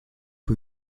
que